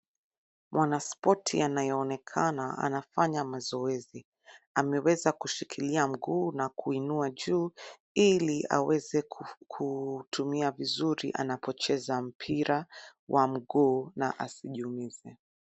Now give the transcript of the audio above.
Mwanaspoti anayeonekana anafanya mazoezi, ameweza kushikilia mguu na kuuinua juu ili aweze kutumia vizuri anapocheza mpira wa mguu na asijiumize.